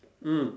mm